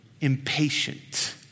impatient